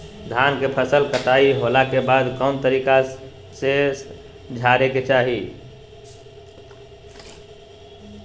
धान के फसल कटाई होला के बाद कौन तरीका से झारे के चाहि?